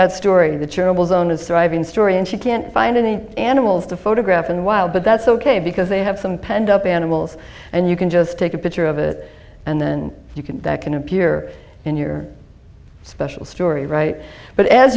that story the charitable zone is thriving story and she can't find any animals to photograph in while but that's ok because they have some penned up animals and you can just take a picture of it and then you can that can appear in your special story right but as